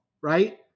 right